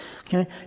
Okay